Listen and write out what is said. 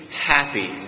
happy